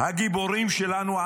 הגיבורים שלנו,